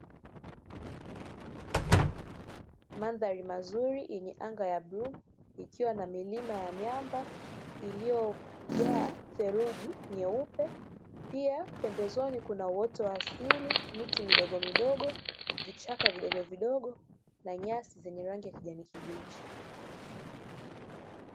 Madhari mazuri yenye anga ya bluu, ikiwa na milima ya miamba iliyojaa theluji nyeupe. Pia pembezoni kuna uoto wa asili, miti midogomidogo, vichaka vidogovidogo na nyasi zenye rangi ya kijani kibichi.